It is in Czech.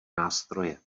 nástroje